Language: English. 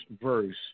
verse